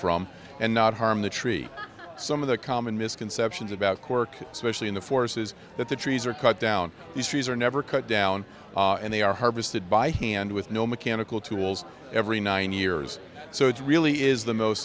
from and not harm the tree some of the common misconceptions about cork especially in the forces that the trees are cut down these trees are never cut down and they are harvested by hand with no mechanical tools every nine years so it really is the most